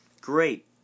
Great